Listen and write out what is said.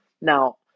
Now